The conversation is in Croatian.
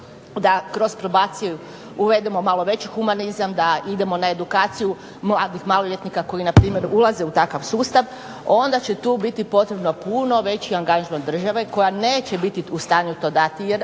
da kroz probaciju uvedemo malo veći humanizam, da idemo na edukaciju mladih maloljetnika koji npr. ulaze u takav sustav, onda će tu biti potrebno puno veći angažman države koja neće biti u stanju to dati